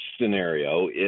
scenario